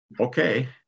okay